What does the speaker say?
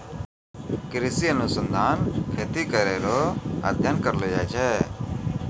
कृषि अनुसंधान खेती करै रो अध्ययन करलो जाय छै